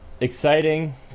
exciting